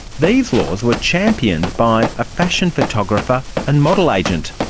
these laws were championed by a fashion photographer and model agent.